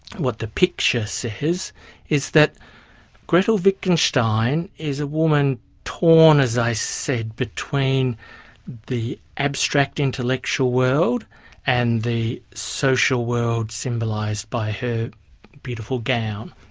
what the picture says, is that gretl wittgenstein is a woman torn, as i said, between the abstract intellectual world and the social world symbolised by her beautiful gown.